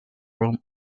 room